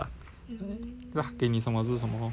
luck 给你什么就是什么 lor